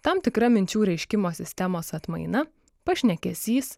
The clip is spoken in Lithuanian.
tam tikra minčių reiškimo sistemos atmaina pašnekesys